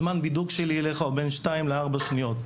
זמן הבידוק שלי הוא בין 2 ל-3 שניות.